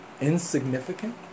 insignificant